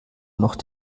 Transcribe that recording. noch